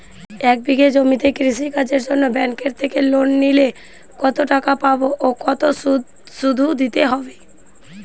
এক বিঘে জমিতে কৃষি কাজের জন্য ব্যাঙ্কের থেকে লোন নিলে কত টাকা পাবো ও কত শুধু দিতে হবে?